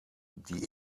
die